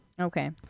Okay